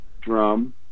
drum